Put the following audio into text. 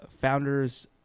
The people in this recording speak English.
Founders